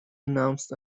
announced